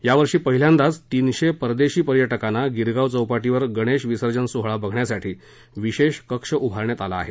यावर्षी पहिल्यांदाच तीनशे परदेशी पर्यटकांना गिरगांव चौपाटीवर गणेश विसर्जन सोहळा बघण्यासाठी विशेष कक्ष उभारण्यात आला आहे